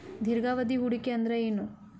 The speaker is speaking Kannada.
ದೀರ್ಘಾವಧಿ ಹೂಡಿಕೆ ಅಂದ್ರ ಏನು?